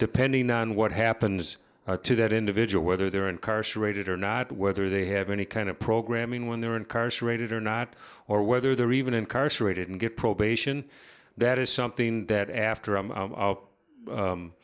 depending on what happens to that individual whether they're incarcerated or not whether they have any kind of programming when they're incarcerated or not or whether they're even incarcerated and get probation that is something that after i